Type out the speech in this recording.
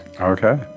Okay